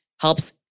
helps